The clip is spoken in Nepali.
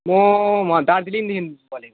म वहाँ दार्जिलिङदेखि भनेको